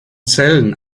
zellen